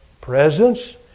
presence